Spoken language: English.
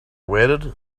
waited